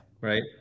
right